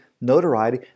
notoriety